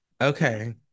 Okay